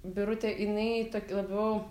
birutė jinai tokia labiau